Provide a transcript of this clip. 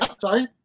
sorry